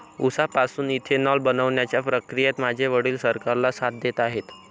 उसापासून इथेनॉल बनवण्याच्या प्रक्रियेत माझे वडील सरकारला साथ देत आहेत